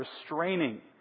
restraining